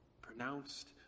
Pronounced